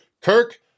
Kirk